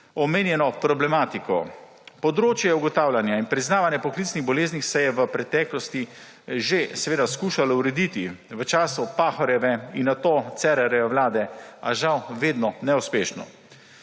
omenjeno problematiko. Področje ugotavljanja in priznavanja poklicnih bolezni se je v preteklosti že skušalo urediti, v času Pahorjeve in nato Cerarjeve vlade, a žal vedno neuspešno.